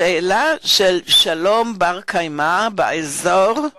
השאלה של שלום בר-קיימא באזור היא